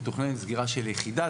מתוכננת סגירה של יחידה.